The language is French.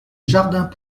jardin